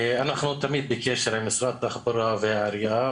אנחנו תמיד בקשר עם משרד התחבורה והעירייה,